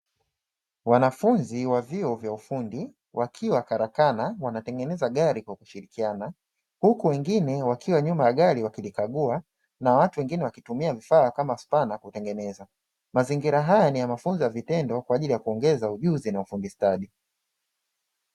Wanafunzi wa vyuo vya ufundi wakiwa karakana wanatengeneza gari kwa kushirikiana. Huku wengine wakiwa nyuma ya gari wakilikagua na watu wengine wakitumia vifaa kama spana kutengeneza. Mazingira haya ni ya mafunzo ya vitendo kwa ajili ya kuongeza ujuzi na ufundi stadi.